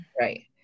right